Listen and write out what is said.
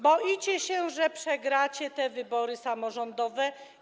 Boicie się, że przegracie te wybory samorządowe.